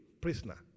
prisoner